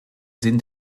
sind